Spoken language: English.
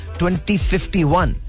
2051